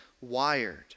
wired